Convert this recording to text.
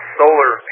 solar